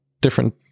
different